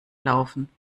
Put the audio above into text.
laufen